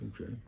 Okay